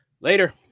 Later